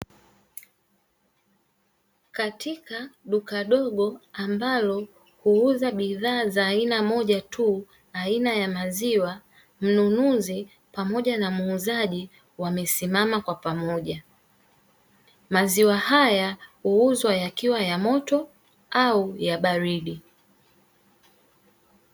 Katika duka dogo ambalo huuza bidhaa aina moja ya maziwa tu, mnunuzi na muuzaji wakiwa wamesimama kwa pamoja maziwa haya huuzwa yakiwa yamoto au yabaridi.